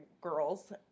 girls